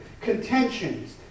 contentions